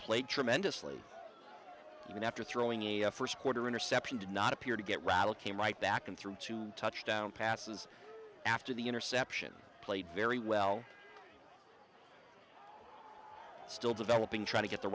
played tremendously even after throwing a first quarter interception did not appear to get rattled came right back and threw two touchdown passes after the interception played very well still developing trying to get the